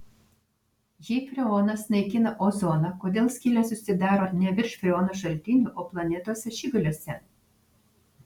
jei freonas naikina ozoną kodėl skylės susidaro ne virš freono šaltinių o planetos ašigaliuose